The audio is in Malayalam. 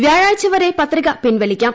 വ്യാഴാഴ്ച വരെ പത്രിക പിൻവലിക്കാം